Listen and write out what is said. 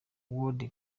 ward